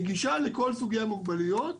נגישה לכל סוגי המוגבלויות,